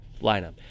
lineup